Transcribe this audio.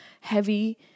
heavy